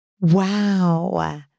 Wow